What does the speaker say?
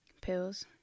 Pills